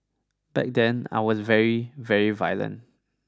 back then I was very very violent